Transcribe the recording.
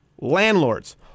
landlords